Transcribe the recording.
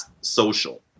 social